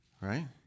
right